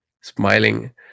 Smiling